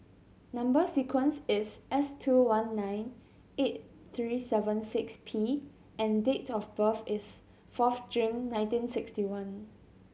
number sequence is S two one nine eight three seven six P and date of birth is fourth June nineteen sixty one